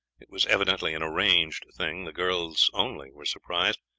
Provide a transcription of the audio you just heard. it was evidently an arranged thing, the girls only were surprised,